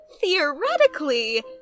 theoretically